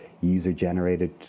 user-generated